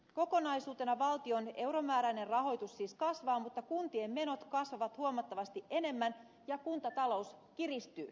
kokonaisuutena valtion euromääräinen rahoitus siis kasvaa mutta kuntien menot kasvavat huomattavasti enemmän ja kuntatalous kiristyy